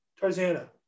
Tarzana